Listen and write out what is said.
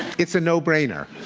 it's a no-brainer.